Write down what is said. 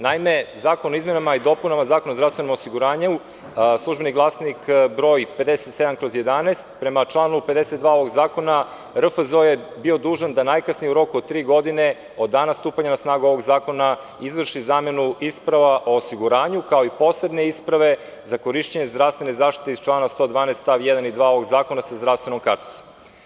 Naime, Zakon o izmenama i dopunama Zakona o zdravstvenom osiguranju, Službeni glasnik broj 57/11, prema članu 52. ovog zakona, RFZO je bio dužan da najkasnije u roku od tri godine od dana stupanja na snagu ovog zakona, izvrši zamenu isprava o osiguranju, kao i posebne isprave za korišćenje zdravstvene zaštite iz člana 112. stav 1. i 2. ovog zakona sa zdravstvenom karticom.